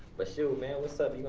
but shoot man, what's up?